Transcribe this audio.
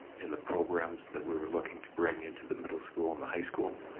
in the programs that we were looking to bring into the middle school and the high school.